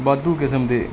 ਵਾਧੂ ਕਿਸਮ ਦੇ